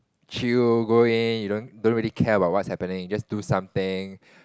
chill going you don't don't really care about what's happening you just do something